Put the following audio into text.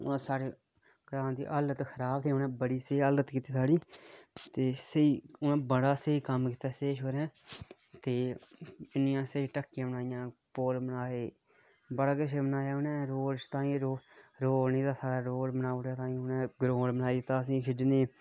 साढ़े ग्रां दी हालत बड़ी खराब ही उ'नें बड़ी स्हेई कीती ते उ'नें बड़ा स्हेई कम्म कीता ते इन्नियां स्हेई ढक्कियां बनाइयां पुल बनाए बड़ा किश बनाया उ'नें रोड़ निहा इत्थै रोड़ बनाई दिता ग्राउंड बनाया उ'नें